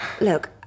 Look